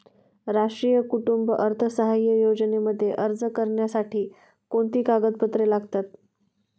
राष्ट्रीय कुटुंब अर्थसहाय्य योजनेमध्ये अर्ज करण्यासाठी कोणती कागदपत्रे लागतात?